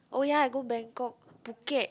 oh ya I go Bangkok Phuket